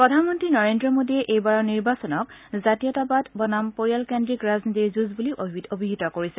প্ৰধানমন্ত্ৰী নৰেন্দ্ৰ মোদীয়ে এইবাৰৰ নিৰ্বাচনক জাতীয়তাবাদ বনাম পৰিয়ালকেন্দ্ৰিক ৰাজনীতিৰ যুঁজ বুলি অভিহিত কৰিছে